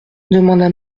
demanda